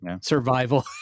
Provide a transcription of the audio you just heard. survival